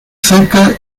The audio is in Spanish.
seca